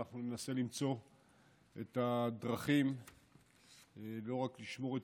אנחנו ננסה למצוא את הדרכים לא רק לשמור את